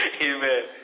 Amen